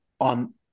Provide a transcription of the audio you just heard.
on